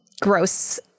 gross